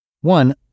One